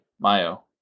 Mayo